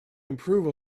improve